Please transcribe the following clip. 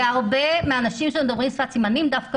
הרבה אנשים שמדברים שפת סימנים דווקא